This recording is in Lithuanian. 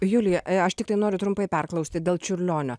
julija aš tiktai noriu trumpai perklausti dėl čiurlionio